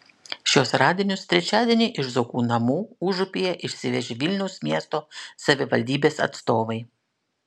šiuos radinius trečiadienį iš zuokų namų užupyje išsivežė vilniaus miesto savivaldybės atstovai